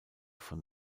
von